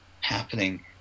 happening